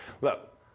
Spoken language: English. Look